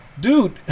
dude